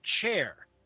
chair